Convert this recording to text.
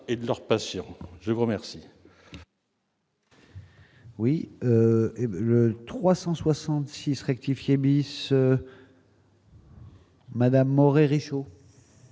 et de leurs patients, je vous remercie.